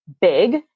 big